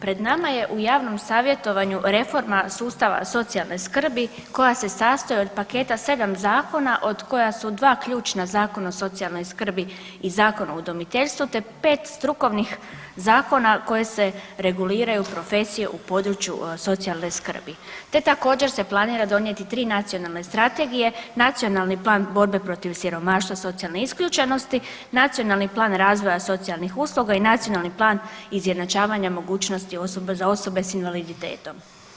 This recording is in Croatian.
Pred nama je u javnom savjetovanju reforma sustava socijalne skrbi koja se sastoji od paketa 7 zakona od koja su dva ključna Zakon o socijalnoj skrbi i Zakon o udomiteljstvu, te 5 strukovnih zakona kojim se reguliraju profesije u području socijalne skrbi, te također se planira donijeti 3 nacionalne strategije, Nacionalni plan borbe protiv siromaštva i socijalne isključenosti, Nacionalni plan razvoja socijalnih usluga i Nacionalni plan izjednačavanja mogućnosti za osobe sa invaliditetom.